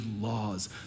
laws